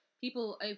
people